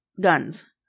Guns